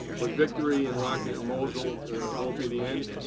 but, victory in rocca and mosul won't be the end.